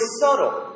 subtle